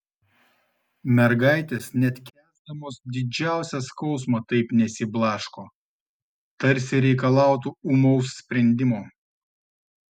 mergaitės net kęsdamos didžiausią skausmą taip nesiblaško tarsi reikalautų ūmaus sprendimo